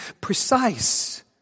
precise